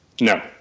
no